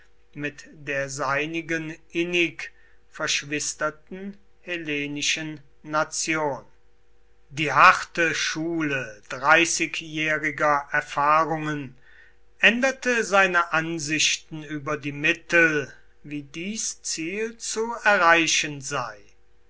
mit der seinigen innig verschwisterten hellenischen nation die harte schule dreißigjähriger erfahrungen änderte seine ärasichten über die mittel wie dies ziel zu erreichen sei